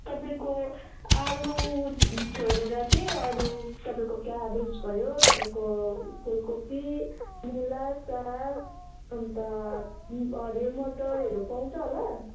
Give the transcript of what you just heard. तपाईँको आलु छोडेर चाहिँ अरू तपाईँको क्याबेज भयो तपाईँको फुलकोपी मुला साग अन्त हरियो मटरहरू पाउँछ होला